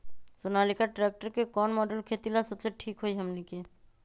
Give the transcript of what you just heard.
Sonalika tractor के कौन model खेती ला सबसे ठीक होई हमने की?